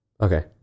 Okay